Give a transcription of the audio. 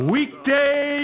Weekday